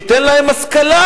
ניתן להם השכלה,